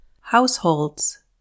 Households